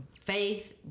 faith